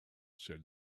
said